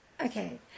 okay